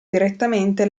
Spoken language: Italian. direttamente